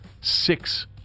Six